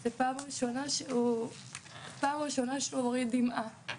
זה פעם ראשונה שהוא הוריד דמעה.